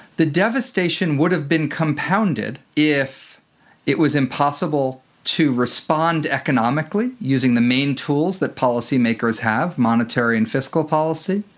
the devastation would have been compounded if it was impossible to respond economically using the main tools that the policymakers have, monetary and fiscal policy,